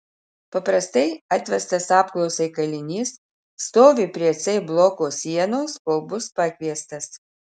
paprastai atvestas apklausai kalinys stovi prie c bloko sienos kol bus pakviestas